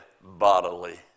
bodily